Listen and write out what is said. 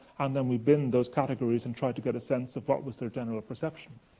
and then we binned those categories and tried to get a sense of what was their general perception.